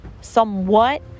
somewhat